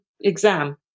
exam